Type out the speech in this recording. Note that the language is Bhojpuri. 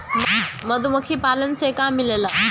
मधुमखी पालन से का मिलेला?